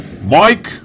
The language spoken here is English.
Mike